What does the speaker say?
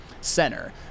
center